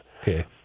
Okay